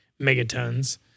megatons